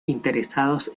interesados